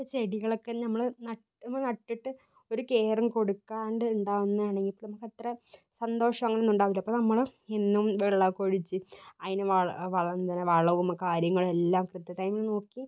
ഇപ്പം ചെടികളൊക്കെ ഞമ്മള് നട്ട് ഞമ്മള് നട്ടിട്ട് ഒരു കെയറിങ് കൊടുക്കാണ്ട് ഉണ്ടാവുന്നതാണെങ്കിൽ നമുക്ക് അത്ര സന്തോഷം അങ്ങനെയൊന്നും ഉണ്ടാവില്ല അപ്പം നമ്മള് എന്നും വെള്ളമൊക്കെ ഒഴിച്ച് അതിന് വളവും കാര്യങ്ങളും എല്ലാം കൊടുത്തിട്ട് അതിനെ നോക്കി